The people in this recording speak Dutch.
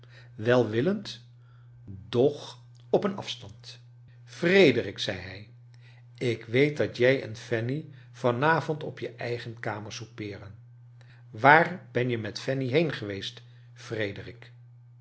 welwillend doch op een afstand frederik zei hij ik weet dat jii en fanny van avond op je eigen kamer soupeeren waar ben je met fanny heen gewcest frederik